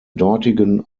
dortigen